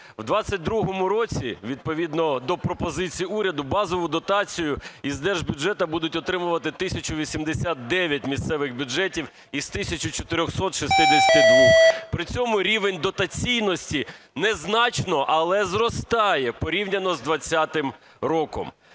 В 22-му році відповідно до пропозицій уряду базову дотацію із держбюджету будуть отримувати 1 тисяча 89 місцевих бюджетів із 1 тисячі 462. При цьому рівень дотаційності не значно, але зростає порівняно з 20-м роком.